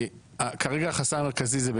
כרגע החסם המרכזי זה באמת.